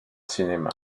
cinéma